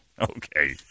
Okay